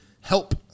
help